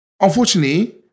Unfortunately